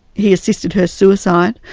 he assisted her suicide,